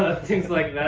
ah things like that,